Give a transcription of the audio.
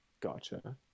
gotcha